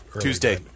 Tuesday